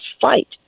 fight